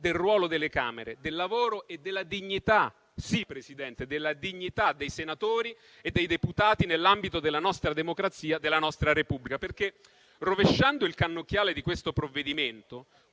del ruolo delle Camere, del lavoro e della dignità; sì, Presidente, della dignità dei senatori e dei deputati nell'ambito della nostra democrazia e della nostra Repubblica. Perché infatti, rovesciando il cannocchiale di questo provvedimento,